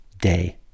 day